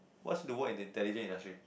what's to work in an intelligent industry